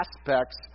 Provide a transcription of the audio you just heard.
aspects